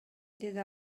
деди